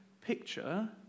picture